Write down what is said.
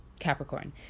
Capricorn